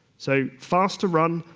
so, fast to run,